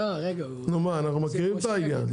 אנחנו מכירים את העניין.